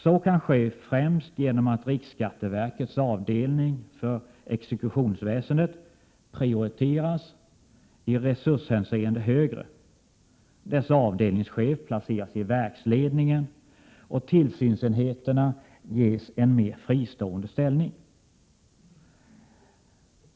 Så kan ske främst genom att riksskatteverkets avdelning för exekutionsväsendet prioriteras i resurshänseende högre, dess avdelningschef placeras i verksledningen och tillsynsenheterna ges en mer fristående ställning.